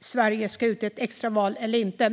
Sverige ska ha ett extraval eller inte.